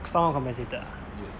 somewhat compensated ah